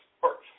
first